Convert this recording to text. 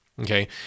Okay